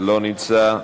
לא נמצא,